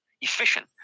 efficient